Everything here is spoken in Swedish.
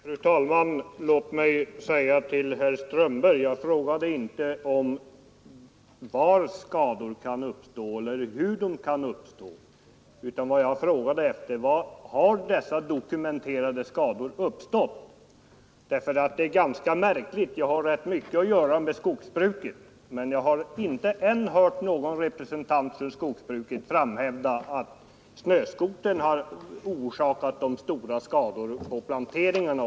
Fru talman! Jag frågade inte herr Strömberg var skador kan uppstå eller hur de kan uppstå, utan jag frågade: Var har sådana dokumenterade skador uppstått? Jag har nämligen rätt mycket att göra med skogsbruket, och jag har ännu inte hört någon representant för skogsbruket hävda att snöskotern orsakat några stora skador på planteringarna.